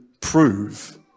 prove